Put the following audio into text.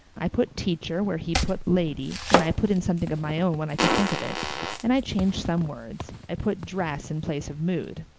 i put teacher where he put lady and i put in something of my own when i could think of it and i changed some words. i put dress in place of mood.